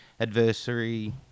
adversary –